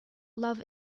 love